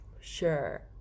sure